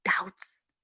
doubts